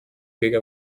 kõige